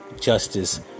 justice